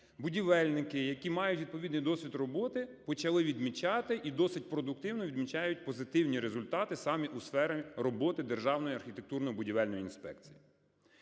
будівельники, які мають відповідний досвід роботи, почали відмічати, і досить продуктивно відмічають позитивні результати саме у сфері роботи Державної архітектурно-будівельної інспекції.